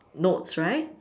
notes right